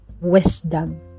wisdom